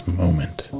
moment